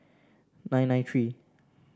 nine nine three